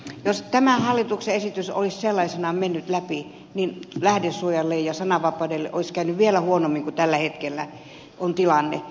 jos tämä hallituksen esitys olisi sellaisenaan mennyt läpi niin lähdesuojalle ja sananvapaudelle olisi käynyt vielä huonommin kuin mikä tällä hetkellä on tilanne